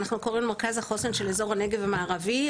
אנחנו קוראים לו מרכז החוסן של אזור הנגב המערבי.